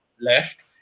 left